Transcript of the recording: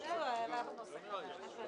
הסתייגות מספר 6 של המחנה הציוני ומרצ, מי בעד?